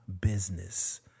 business